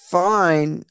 fine